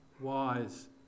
wise